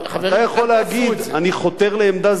אתה יכול להגיד: אני חותר לעמדה זהה,